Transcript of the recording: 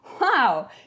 Wow